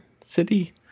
City